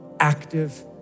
active